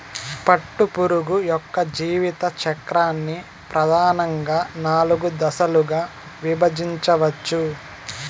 పట్టుపురుగు యొక్క జీవిత చక్రాన్ని ప్రధానంగా నాలుగు దశలుగా విభజించవచ్చు